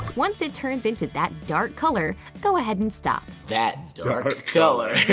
once it turns into that dark color, go ahead and stop. that dark color.